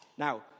Now